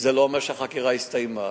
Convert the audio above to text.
לא אומר שהחקירה הסתיימה.